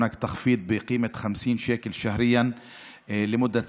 יש הנחה בסך 50 ש"ח לחודש